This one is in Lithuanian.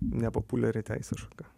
nepopuliari teisės šaka